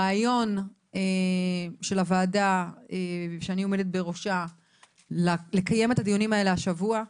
הרעיון של הוועדה שאני עומדת בראשה לקיים את הדיונים האלה השבוע,